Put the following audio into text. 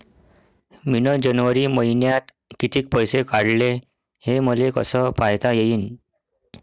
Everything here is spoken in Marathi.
मिन जनवरी मईन्यात कितीक पैसे काढले, हे मले कस पायता येईन?